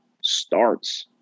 starts